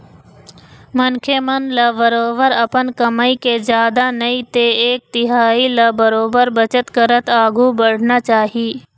मनखे मन ल बरोबर अपन कमई के जादा नई ते एक तिहाई ल बरोबर बचत करत आघु बढ़ना चाही